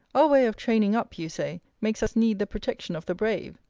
our way of training-up, you say, makes us need the protection of the brave.